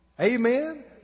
Amen